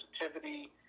sensitivity